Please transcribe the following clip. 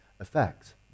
effects